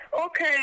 Okay